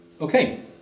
Okay